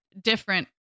different